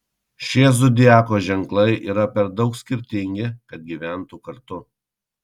šie zodiako ženklai yra per daug skirtingi kad gyventų kartu